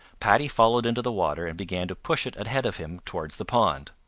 paddy followed into the water and began to push it ahead of him towards the pond.